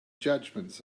judgements